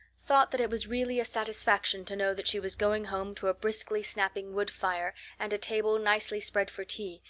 thought that it was really a satisfaction to know that she was going home to a briskly snapping wood fire and a table nicely spread for tea,